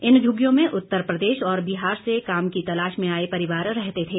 इन झुग्गियों में उत्तर प्रदेश और बिहार से काम की तलाश में आए परिवार रहते थे